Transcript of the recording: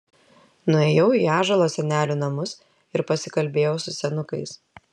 nuėjau į ąžuolo senelių namus ir pasikalbėjau su senukais